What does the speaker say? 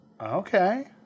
Okay